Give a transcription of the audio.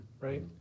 right